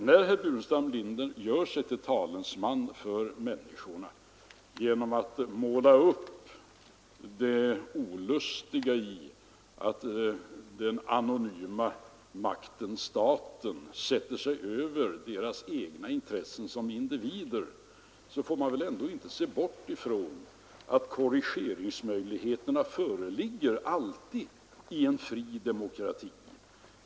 Herr Burenstam Linder gör sig till talesman för människorna genom att måla upp det olustiga i att den anonyma makten staten sätter sig över deras intressen som individer. Men man får väl ändå inte bortse ifrån att det alltid föreligger korrigeringsmöjligheter i en fri demokrati.